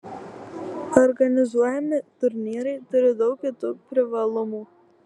organizuojami turnyrai turi daug kitų privalumų